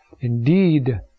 Indeed